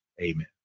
Amen